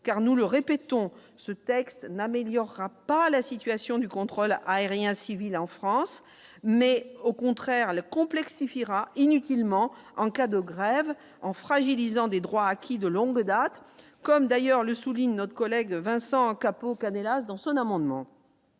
car nous le répétons, ce texte n'améliorera pas la situation du contrôle aérien civil en France mais au contraire le complexe suffira inutilement en cas de grève en fragilisant des droits acquis de longue date, comme d'ailleurs le souligne notre collègue Vincent Capo aucun hélas dans son amendement.